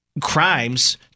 Crimes